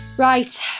Right